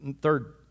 third